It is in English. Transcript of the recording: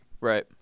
right